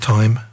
Time